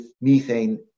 methane